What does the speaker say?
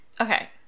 okay